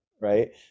right